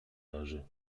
leży